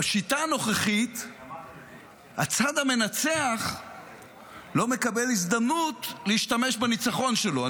בשיטה הנוכחית הצד המנצח לא מקבל הזדמנות להשתמש בניצחון שלו.